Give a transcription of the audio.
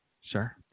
sure